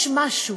יש משהו